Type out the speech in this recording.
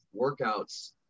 workouts